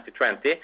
2020